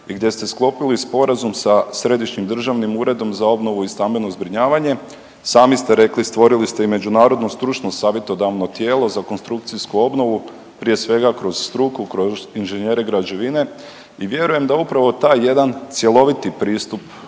gdje ste sklopili sporazum sa Središnjim državnim uredom za obnovu i stambeno zbrinjavanje, sami ste rekli stvorili ste i međunarodno stručno savjetodavno tijelo za konstrukcijsku obnovu prije svega kroz struku, kroz inženjere građevine i vjerujem da upravo taj jedan cjeloviti pristup